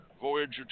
Voyager